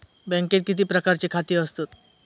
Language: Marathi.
बँकेत किती प्रकारची खाती असतत?